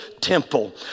temple